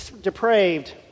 depraved